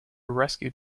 rescued